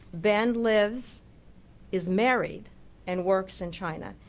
ben lives is married and worked in china.